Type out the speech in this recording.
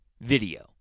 Video